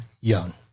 young